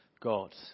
God